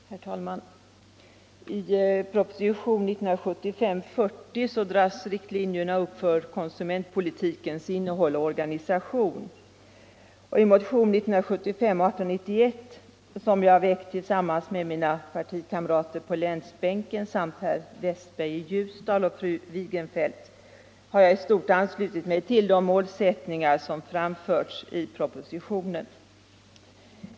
Herr talman! I propositionen 1975:40 dras riktlinjerna upp för konsumentpolitikens innehåll och organisation, och i motionen 1975:1891, som jag väckt tillsammans med mina partikamrater på länsbänken samt herr Westberg i Ljusdal och fru Wigenfeldt, har jag i stort anslutit mig till de målsättningar som framförs i propositionen.